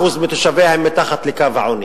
מתושביה הם מתחת לקו העוני,